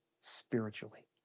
spiritually